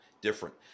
different